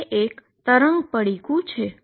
એ એક wave packet છે